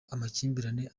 amakimbirane